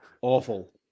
Awful